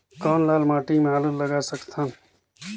कौन लाल माटी म आलू लगा सकत हन?